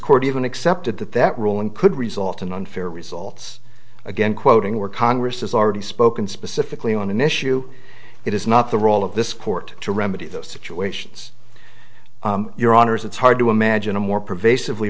court even accepted that that ruling could result in unfair results again quoting where congress has already spoken specifically on an issue it is not the role of this court to remedy those situations your honour's it's hard to imagine a more pervasive